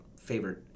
favorite